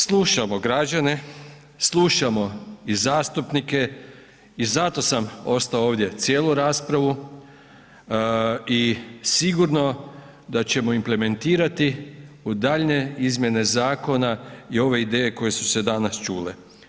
Slušamo građane, slušamo i zastupnike i zato sam ostao ovdje cijelu raspravu i sigurno da ćemo implementirati u daljnje izmjene zakona i ove ideje koje su se danas čule.